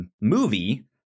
movie